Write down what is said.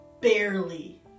barely